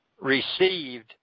received